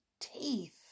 teeth